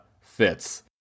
fits